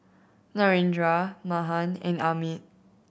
Narendra Mahan and Amit